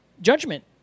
Judgment